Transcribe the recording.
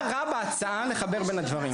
מה רע בהצעה לחבר בין הדברים?